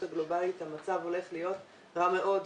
הגלובלית היא שהמצב הולך להיות רע מאוד.